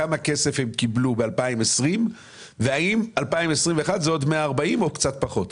קיבלו ב-2020 והאם 2021 זה עוד 140 או קצת פחות?